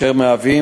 שהם, או יהיו,